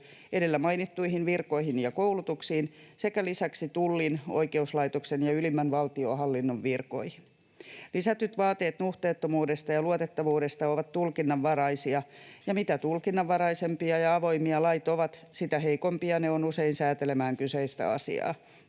edellä mainittuihin virkoihin ja koulutuksiin sekä lisäksi Tullin, oikeuslaitoksen ja ylimmän valtionhallinnon virkoihin. Lisätyt vaateet nuhteettomuudesta ja luotettavuudesta ovat tulkinnanvaraisia, ja mitä tulkinnanvaraisempia ja avoimempia lait ovat, sitä heikompia ne ovat usein säätelemään kyseistä asiaa.